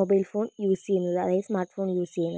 mobile phone use ചെയ്യുന്നത് അതായത് smartphone use ചെയ്യുന്നത്